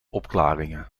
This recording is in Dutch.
opklaringen